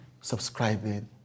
subscribing